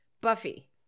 Buffy